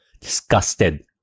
disgusted